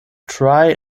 try